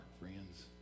friends